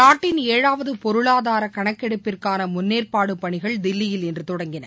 நாட்டின் ஏழாவதுபொருளாதாரகணக்கெடுப்பிற்கானமுன்னேற்பாடுபணிகள் தில்லியில் இன்றுதொடங்கின